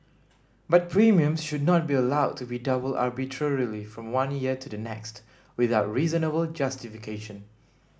but premiums should not be allowed to be doubled arbitrarily from one year to the next without reasonable justification